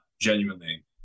genuinely